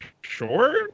sure